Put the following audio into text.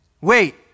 Wait